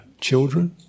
children